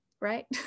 right